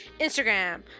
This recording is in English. instagram